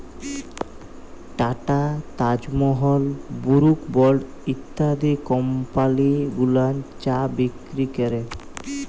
tata, Taj Mahal, Brooke Bond ইত্যাদি company গুলান চা বিক্রি ক্যরে